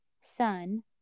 sun